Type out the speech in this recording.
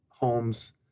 Homes